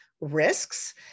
risks